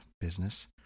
business